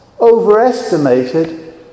overestimated